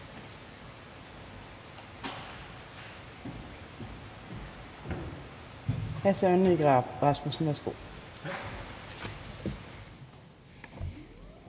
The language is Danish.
Tak.